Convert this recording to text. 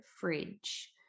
fridge